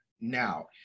now